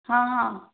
हां हां